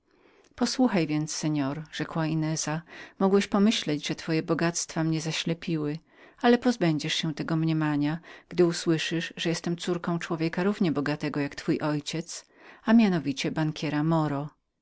myślić rzekła ineza że twoje bogactwa mnie zaślepiły ale pozbędziesz się tej myśli gdy usłyszysz że jestem córką człowieka równie bogatego jak twój ojciec bankiera moro